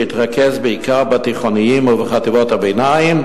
שהתרכז בעיקר בתיכונים וחטיבות ביניים.